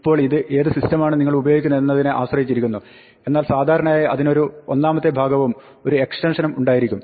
ഇപ്പോൾ ഇത് ഏത് സിസ്റ്റമാണ് നിങ്ങളുപയോഗിക്കുന്നത് എന്നതിനെ ആശ്രയിച്ചിരിക്കുന്നു എന്നാൽ സാധാരണയായി അതിനൊരു ഒന്നാമത്തെ ഭാഗവും ഒരു എക്സ്റ്റൻഷനും ഉണ്ടായിരിക്കും